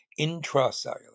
intracellular